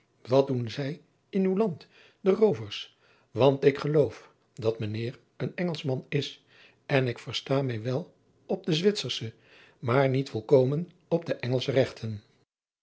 wat doen zij in uw land de roovers want ik geloof dat mijn eer een ngelschman is en ik versta mij wel op de witsersche maar niet volkomen op de ngelsche regten